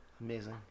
Amazing